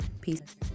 Peace